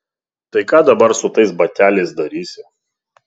tai ką dabar su tais bateliais darysi